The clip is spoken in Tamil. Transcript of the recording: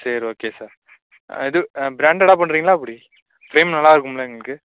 சரி ஓகே சார் ஆ இது பிராண்டடாக பண்ணுறீங்களா எப்படி ஃபிரேம் நல்லா இருக்கும்ல எங்களுக்கு